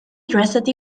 dressed